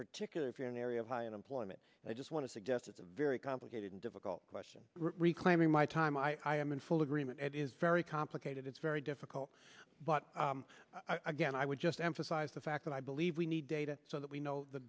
particular if you're an area of high unemployment and i just want to suggest it's a very complicated and difficult question reclaiming my time i am in full agreement it is very complicated it's very difficult but again i would just emphasize the fact that i believe we need data so that we know the